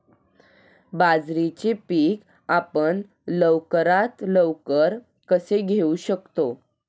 बाजरीचे पीक आपण लवकरात लवकर कसे घेऊ शकतो?